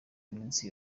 iminsi